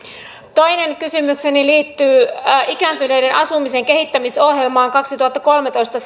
toinen kysymykseni liittyy ikääntyneiden asumisen kehittämisohjelman kaksituhattakolmetoista